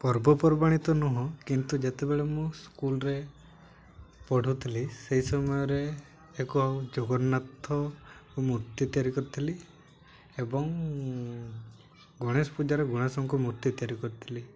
ପର୍ବପର୍ବାଣି ତ ନୁହଁ କିନ୍ତୁ ଯେତେବେଳେ ମୁଁ ସ୍କୁଲରେ ପଢ଼ୁଥିଲି ସେହି ସମୟରେ ଏକ ଜଗନ୍ନାଥ ମୂର୍ତ୍ତି ତିଆରି କରିଥିଲି ଏବଂ ଗଣେଶ ପୂଜାରେ ଗଣେଶଙ୍କୁ ମୂର୍ତ୍ତି ତିଆରି କରିଥିଲି